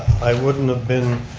i wouldn't have been